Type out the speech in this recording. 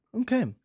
Okay